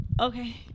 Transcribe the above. Okay